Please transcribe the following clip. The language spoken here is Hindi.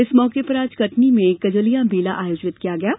इस मौके पर आज कटनी में कजलिया मेला आयोजित किया गया है